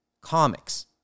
comics